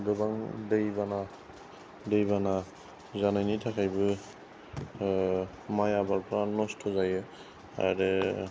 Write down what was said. गोबां दै बाना दै बाना जानायनि थाखायबो माइ आबादफ्रा नस्थ' जायो आरो